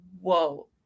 whoa